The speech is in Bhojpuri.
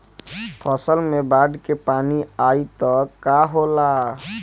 फसल मे बाढ़ के पानी आई त का होला?